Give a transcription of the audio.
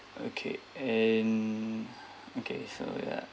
okay and okay so ya